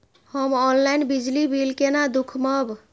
हम ऑनलाईन बिजली बील केना दूखमब?